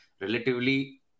relatively